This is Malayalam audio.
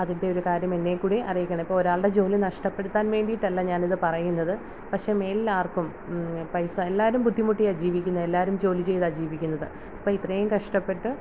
അതിൻറ്റെയൊരു കാര്യം എന്നേം കൂടി അറിയിക്കണം ഇപ്പോരാൾടെ ജോലി നഷ്ടപ്പെടുത്താൻ വേണ്ടീട്ടല്ല ഞാനിത് പറയുന്നത് പക്ഷേ മേലിലാർക്കും പൈസ എല്ലാവരും ബുദ്ധിമുട്ടിയാണ് ജീവിക്കുന്നത് എല്ലാവരും ജോലി ചെയ്താണ് ജീവിക്കുന്നത് അപ്പം ഇത്രേം കഷ്ടപ്പെട്ട്